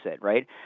right